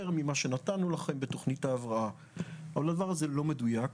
ממה שנתנו לנו בתוכנית ההבראה - אבל הדבר הזה לא מדויק.